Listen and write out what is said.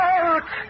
Out